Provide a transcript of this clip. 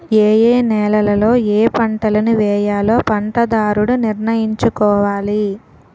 ఏయే నేలలలో ఏపంటలను వేయాలో పంటదారుడు నిర్ణయించుకోవాలి